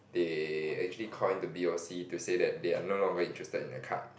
they actually call in to b_o_c to say that they're no longer interested in that card